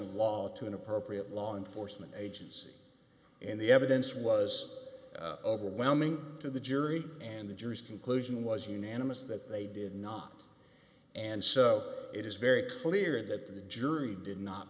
of law to an appropriate law enforcement agency and the evidence was overwhelming to the jury and the jury's conclusion was unanimous that they did not and so it is very clear that the jury did not